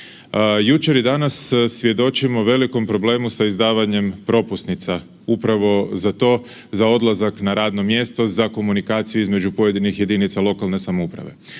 Jučer i danas svjedočimo velikom problemu sa izdavanjem propusnica, upravo za to, za odlazak na radno mjesto za komunikaciju između pojedinih jedinica lokalne samouprave.